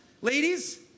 ladies